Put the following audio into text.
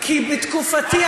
כי בתקופתי,